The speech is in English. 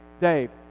Dave